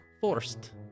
forced